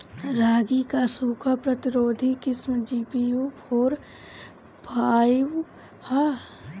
रागी क सूखा प्रतिरोधी किस्म जी.पी.यू फोर फाइव ह?